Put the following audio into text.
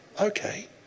okay